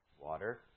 water